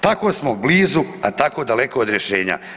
Tako smo blizu, a tako daleko od rješenja.